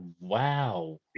Wow